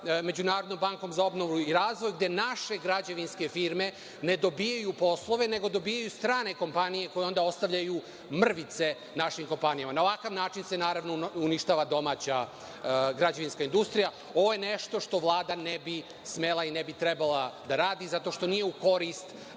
Međunarodnom bankom za obnovu i razvoj gde naše građevinske firme ne dobijaju poslove, nego dobijaju strane kompanije koje onda ostavljaju mrvice našim kompanijama. Na ovakav način se naravno uništava domaća građevinska industrija, ovo je nešto što Vlada ne bi smela i ne bi trebala da radi zato što nije u korist